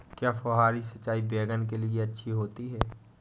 क्या फुहारी सिंचाई बैगन के लिए अच्छी होती है?